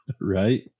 Right